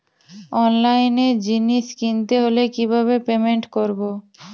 অনলাইনে জিনিস কিনতে হলে কিভাবে পেমেন্ট করবো?